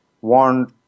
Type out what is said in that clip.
want